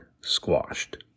squashed